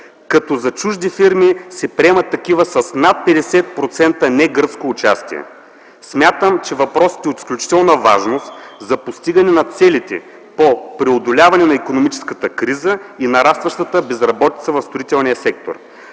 като за чужди фирми се приемат такива с над 50% негръцко участие. Смятам, че въпросът е от изключителна важност за постигане на целите по преодоляване на икономическата криза и нарастващата безработица в строителния сектор.